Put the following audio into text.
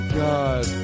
god